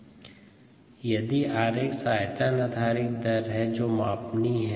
rgddtVdxdt यदि 𝑟𝑥 आयतन आधारित दर है जो मापनीय हैं